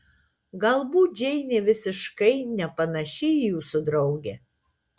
galbūt džeinė visiškai nepanaši į jūsų draugę